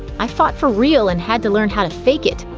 i fought for real and had to learn how to fake it!